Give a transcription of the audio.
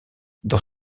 dans